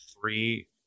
three